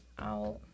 out